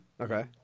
Okay